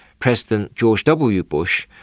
president george w. bush,